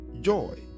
joy